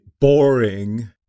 boring